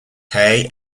hay